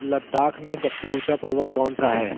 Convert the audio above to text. लद्दाख में सबसे ऊँचा पर्वत कौन सा है